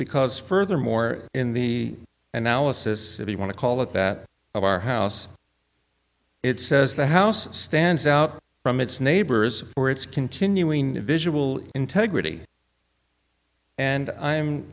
because furthermore in the analysis if you want to call it that of our house it says the house stands out from its neighbors for its continuing visual integrity and i'm